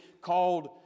called